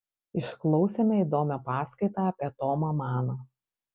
išklausėme įdomią paskaitą apie tomą maną